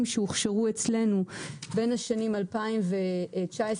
שהוכשרו אצלנו בין השנים 2019-2021,